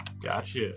Gotcha